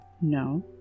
No